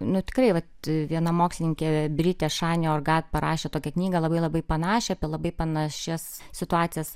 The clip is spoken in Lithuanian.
nu tikrai vat viena mokslininkė britė šani orgat parašė tokią knygą labai labai panašią apie labai panašias situacijas